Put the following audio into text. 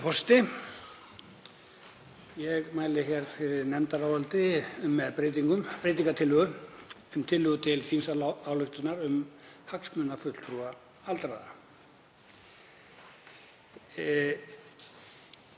forseti. Ég mæli hér fyrir nefndaráliti með breytingartillögu um tillögu til þingsályktunar um hagsmunafulltrúa aldraðra.